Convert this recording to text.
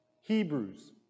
Hebrews